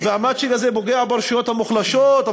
והמצ'ינג הזה פוגע ברשויות המוחלשות,